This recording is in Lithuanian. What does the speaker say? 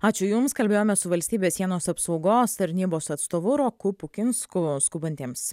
ačiū jums kalbėjome su valstybės sienos apsaugos tarnybos atstovu roku pukinsku skubantiems